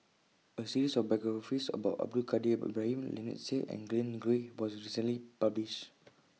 A series of biographies about Abdul Kadir Ibrahim Lynnette Seah and Glen Goei was recently published